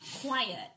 quiet